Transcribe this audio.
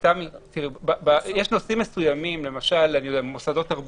יש נושאים מסוימים, למשל מוסדות תרבות,